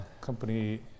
company